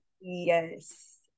Yes